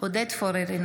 אינו